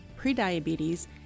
prediabetes